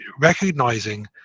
recognizing